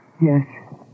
Yes